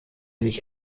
sich